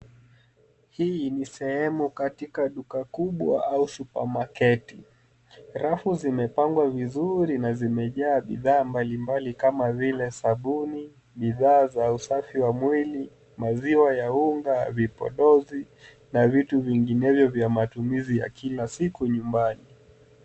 Hii ni sehemu katika duka kubwa au supamaketi. Rafu zimepangwa vizuri na zimejaa bidhaa mbalimbali kama vile sabuni, bidhaa za usafi wa mwili, maziwa ya unga, vipodozi na vitu vingine vya matumizi ya kila siku nyumbani.